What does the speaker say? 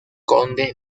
conde